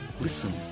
Listen